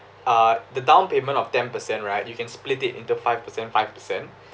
uh the down payment of ten percent right you can split it into five percent five percent